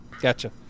gotcha